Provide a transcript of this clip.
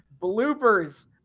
bloopers